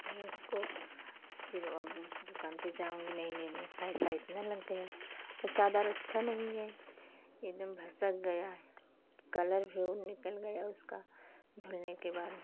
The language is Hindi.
फिर उसको फिर अब उस दुकान पर जाऊँगी मैं नहीं नहीं नहीं पैसा इतना लग गया और चादर अच्छा नहीं है एक दम भसक गया कलर भी निकल गया उसका धुलने के बाद